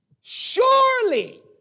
Surely